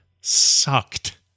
sucked